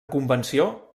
convenció